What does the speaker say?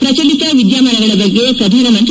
ಪ್ರಚಲಿತ ವಿದ್ಯಮಾನಗಳ ಬಗ್ಗೆ ಪ್ರಧಾನ ಮಂತ್ರಿ